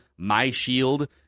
MyShield